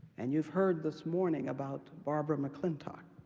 and you've heard this morning about barbara mcclintock.